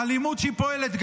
האלימות שהיא פועלת,